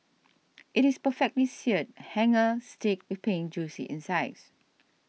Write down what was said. it is perfectly Seared Hanger Steak with Pink Juicy insides